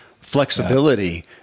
flexibility